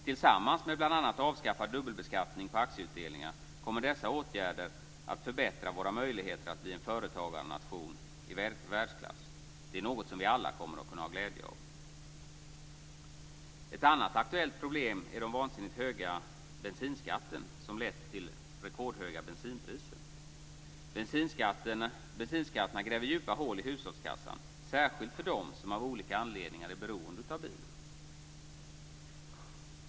Tillsammans med bl.a. avskaffad dubbelbeskattning på aktieutdelningar kommer dessa åtgärder att förbättra våra möjligheter att bli en företagarnation i världsklass. Det är något vi alla kommer att kunna ha glädje av. Ett annat aktuellt problem är den vansinnigt höga bensinskatten, som lett till rekordhöga bensinpriser. Bensinskatterna gräver djupa hål i hushållskassan, särskilt för dem som av olika anledningar är beroende av bilen.